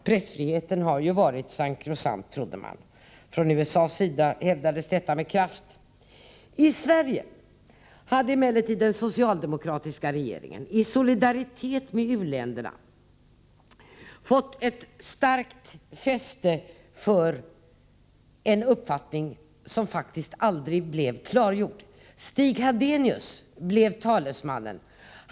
Pressfriheten har ju varit sakrosankt — trodde man. Från USA:s sida hävdades detta med kraft. I Sverige hade emellertid den socialdemokratiska regeringen i solidaritet med u-länderna fått ett starkt fäste för en uppfattning som faktiskt aldrig blev klargjord. Stig Hadenius blev talesmannen.